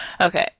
okay